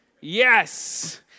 Yes